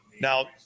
Now